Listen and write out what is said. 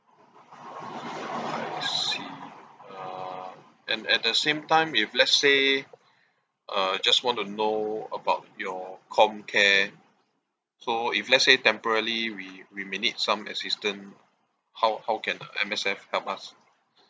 I see uh and at the same time if let's say uh just want to know about your comcare so if let's say temporally we we may need some assistance how how can uh M_S_F help us